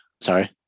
Sorry